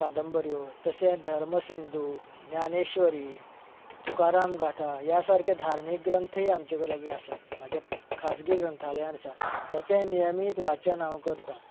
कादंबऱ्यो तशेंत धर्म सिंदू ज्ञानेश्र्वरी तुकाराम गाथा ह्या सारके धार्मीक ग्रंथय आमचे लागी आसात म्हज्या खाजगी ग्रंथालयांत आसात हेचे नियमीत वाचन हांव करता